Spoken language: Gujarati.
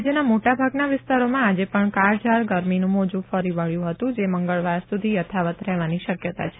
રાજ્યના મોટાભાગના વિસ્તારોમાં આજે પણ કાળઝાળ ગરમીનું મોજું ફરી વળ્યું હતું જે મંગળવાર સુધી યથાવત રહેવાની શક્યતા છે